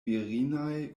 virinaj